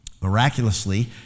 Miraculously